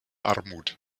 armut